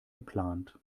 geplant